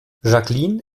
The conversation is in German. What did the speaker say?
jacqueline